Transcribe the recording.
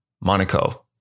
Monaco